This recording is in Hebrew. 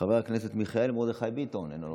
חבר הכנסת מיכאל מרדכי ביטון, אינו נוכח.